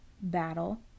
battle